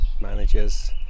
managers